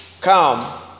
come